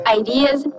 ideas